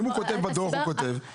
אם הוא כותב בדוח את שמו, בסדר.